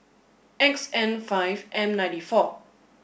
X N five M ninety four